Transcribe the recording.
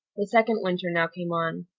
the second winter now came on.